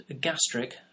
gastric